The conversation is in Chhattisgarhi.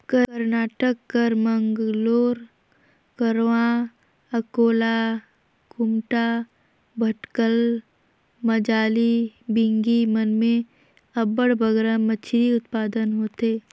करनाटक कर मंगलोर, करवार, अकोला, कुमटा, भटकल, मजाली, बिंगी मन में अब्बड़ बगरा मछरी उत्पादन होथे